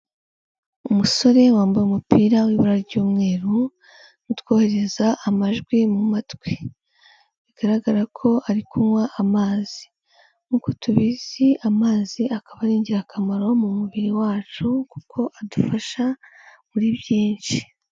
Umusore wambaye umupira w'ibara ry'umweru, utwohereza amajwi mu matwi, bigaragara ko ari kunywa amazi. Nk'uko tubizi amazi akaba ari ingirakamaro mu mubiri wacu, kuko adufasha muri byinshi.